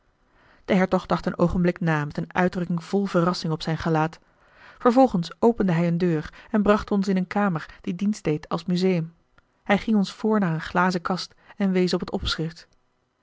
de hertog dacht een oogenblik na met een uitdrukking vol verrassing op zijn gelaat vervolgens opende hij een deur en bracht ons in een kamer die dienst deed als museum hij ging ons voor naar een glazen kast en wees op het opschrift